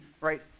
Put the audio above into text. right